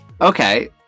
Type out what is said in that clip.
Okay